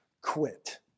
quit